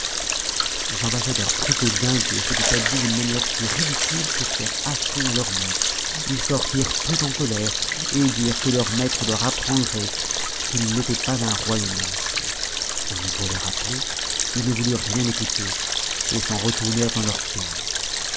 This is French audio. les ambassadeurs crurent que guinguet s'était habillé d'une manière si ridicule pour faire affront à leur maître ils sortirent tous en colère et dirent que leur maître leur apprendrait qu'il n'était pas un roi de nèfles on eut beau les rappeler ils ne voulurent rien écouter et s'en retournèrent dans leur pays